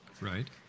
Right